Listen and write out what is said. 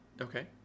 Okay